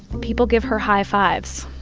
people give her high fives.